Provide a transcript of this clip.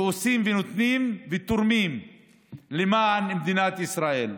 שעושים ונותנים ותורמים למען מדינת ישראל.